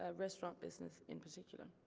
ah restaurant business in particular.